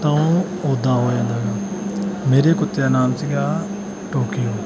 ਤਾਂ ਉਹ ਉੱਦਾਂ ਹੋ ਜਾਂਦਾ ਗਾ ਮੇਰੇ ਕੁੱਤੇ ਦਾ ਨਾਮ ਸੀਗਾ ਟੋਕੀਓ